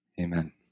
amen